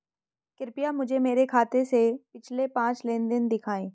कृपया मुझे मेरे खाते से पिछले पांच लेनदेन दिखाएं